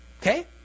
Okay